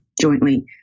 jointly